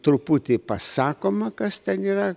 truputį pasakoma kas ten yra